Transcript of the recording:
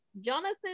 Jonathan